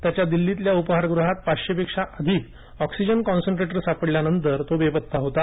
त्याच्या नवी दिल्लीतल्या उपहारगृहात पाचशे पेक्षा अधिक ऑक्सिजन कॉनसेन्ट्रेटर सापडल्या नंतर तो बेपत्ता होता